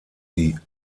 die